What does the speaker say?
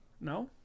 No